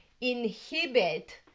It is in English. inhibit